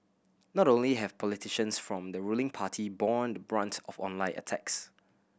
not only have politicians from the ruling party borne the brunt of online attacks